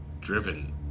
driven